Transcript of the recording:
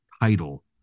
title